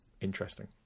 interesting